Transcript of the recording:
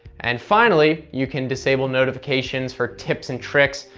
and finally, you can disable notifications for tips and tricks,